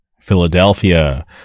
philadelphia